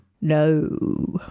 No